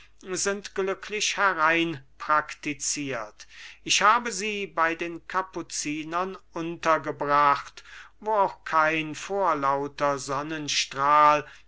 sind glücklich hereinpraktiziert ich habe sie bei den kapuzinern untergebracht wo auch kein vorlauter sonnenstrahl